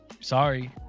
Sorry